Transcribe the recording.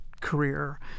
career